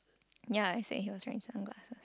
ya i said he's wearing sunglasses